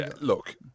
Look